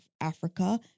Africa